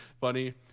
funny